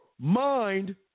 mind